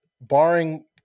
barring